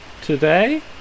today